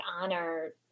honor